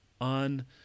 on